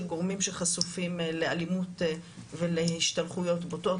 גורמים שחשופים לאלימות ולהשתלחויות בוטות,